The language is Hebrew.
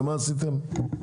ומה עשיתם?